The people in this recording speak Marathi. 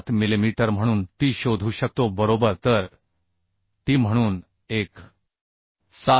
77 मिलिमीटर म्हणून t शोधू शकतो बरोबर तर t म्हणून 1